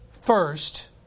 first